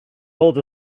holds